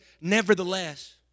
nevertheless